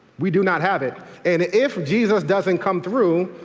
we do not have it and if jesus doesn't come through,